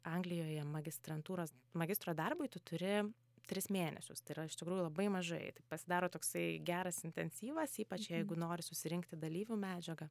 anglijoje magistrantūros magistro darbui tu turi tris mėnesius tai yra iš tikrųjų labai mažai tai pasidaro toksai geras intensyvas ypač jeigu nori susirinkti dalyvių medžiagą